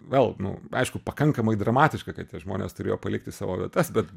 vėl nu aišku pakankamai dramatiška kad tie žmonės turėjo palikti savo vietas bet